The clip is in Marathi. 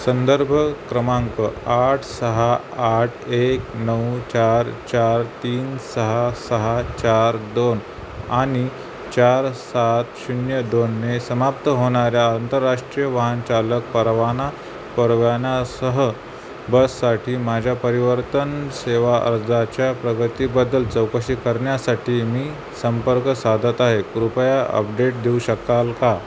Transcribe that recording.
संदर्भ क्रमांक आठ सहा आठ एक नऊ चार चार तीन सहा सहा चार दोन आणि चार सात शून्य दोनने समाप्त होणाऱ्या आंतरराष्ट्रीय वाहनचालक परवाना परवान्यासह बससाठी माझ्या परिवर्तन सेवा अर्जाच्या प्रगतीबद्दल चौकशी करण्यासाठी मी संपर्क साधत आहे कृपया अपडेट देऊ शकाल का